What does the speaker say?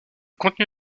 contenu